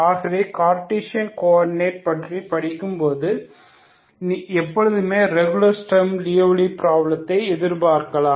ஆகவே Cartesian coordinate பற்றி படிக்கும்போது நீங்கள் எப்பொழுதுமே ரெகுலர் ஸ்ட்ரம் லியோவ்லி ப்ராப்ளத்தை எதிர்பார்க்கலாம்